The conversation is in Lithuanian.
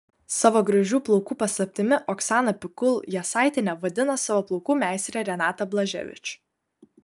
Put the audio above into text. savo gražių plaukų paslaptimi oksana pikul jasaitienė vadina savo plaukų meistrę renatą blaževič